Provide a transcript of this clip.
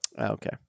Okay